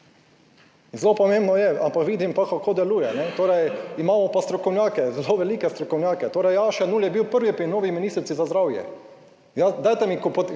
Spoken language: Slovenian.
Zelo pomembno je, ampak vidim pa, kako deluje. Torej, imamo pa strokovnjake, zelo velike strokovnjake. Torej, Jaša Jenull je bil prvi pri novi ministrici za zdravje.